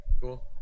Cool